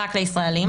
רק לישראלים.